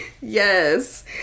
Yes